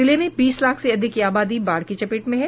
जिले में बीस लाख से अधिक की आबादी बाढ़ की चपेट में है